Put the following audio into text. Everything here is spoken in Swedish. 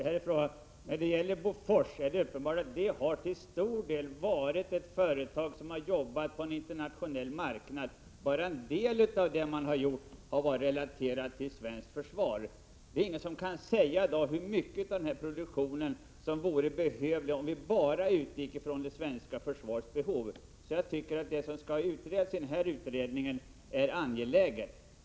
Herr talman! Det är uppenbart att Bofors under hela sin historia har varit ett företag som till stor del har jobbat på en internationell marknad. Bara en del av det man gjort har varit direkt relaterat till svenskt försvar. Ingen kan i dag säga hur mycket av denna produktion som vore behövligt om vi bara utgick från det svenska försvarets behov. Jag tycker alltså att det som skall utredas i den här utredningen är angeläget.